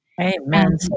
Amen